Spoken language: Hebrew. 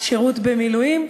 שירות במילואים,